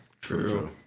True